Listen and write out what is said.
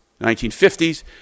1950s